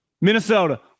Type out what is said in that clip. Minnesota